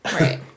Right